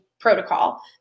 protocol